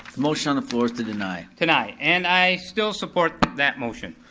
motion on the floor is to deny. deny, and i still support that motion.